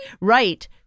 Right